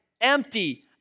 empty